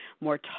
more